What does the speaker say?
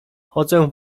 chodzę